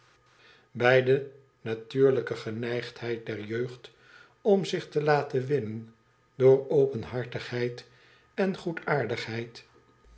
bij de natuurlijke geneigdheid der jeugd om zich te laten winnen door openhartigheid en